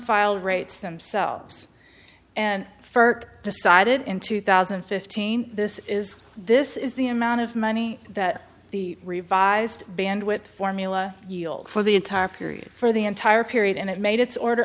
file rates themselves and ferk decided in two thousand and fifteen this is this is the amount of money that the revised bandwidth formula yields for the entire period for the entire period and it made its order